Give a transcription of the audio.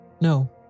No